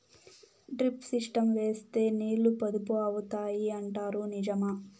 Drip system వేస్తే నీళ్లు పొదుపు అవుతాయి అంటారు నిజమా?